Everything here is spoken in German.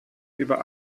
über